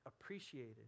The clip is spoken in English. appreciated